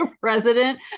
President